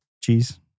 cheese